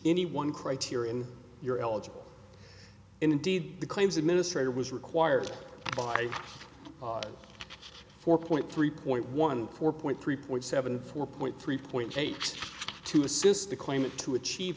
any one criterion you're eligible indeed the claims administrator was required by four point three point one four point three point seven four point three point eight to assist the claimant to achieve